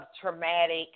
Traumatic